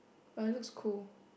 but it looks cool